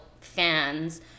fans